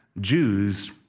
Jews